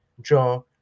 draw